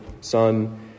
son